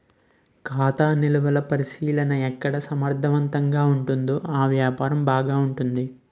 ఖాతా నిలువలు పరిశీలన ఎక్కడ సమర్థవంతంగా ఉంటుందో ఆ వ్యాపారం బాగుంటుంది